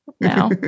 Now